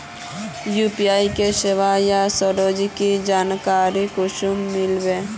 UPI सेवाएँ या services की जानकारी कुंसम मिलबे?